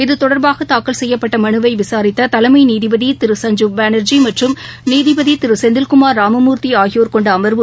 இத்தொடர்பாக தாக்கல் செய்யப்பட்டமனுவைவிசாரித்ததலைமைநீதிபதிதிரு சஞ்ஜீப் பானர்ஜி மற்றும் நீதிபதிதிருசெந்தில் குமார் ராமமூர்த்திஆகியோர் கொண்டஅமர்வு